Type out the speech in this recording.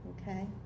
okay